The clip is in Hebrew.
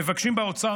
מבקשים באוצר,